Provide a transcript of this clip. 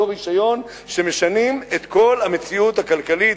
שמשנים את כל המציאות הכלכלית,